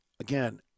again